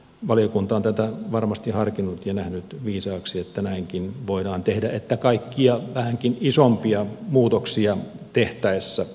valiokunta on tätä varmasti harkinnut ja nähnyt viisaaksi että näinkin voidaan tehdä että kaikkia vähänkin isompia muutoksia tehtäessä voitaisiin suorittaa ennakkoarviointi